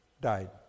died